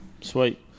Sweet